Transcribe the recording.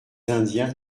indiens